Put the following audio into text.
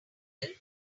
tell